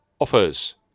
offers